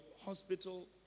hospital